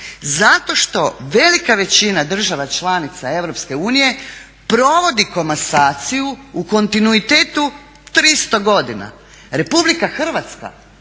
Zato što velika većina država članica EU provodi komasaciju u kontinuitetu 300 godina. RH evo